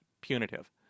punitive